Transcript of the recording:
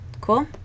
Cool